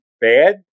bad